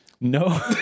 no